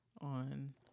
on